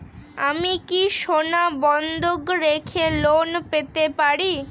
আমি কি সোনা বন্ধক রেখে লোন পেতে পারি?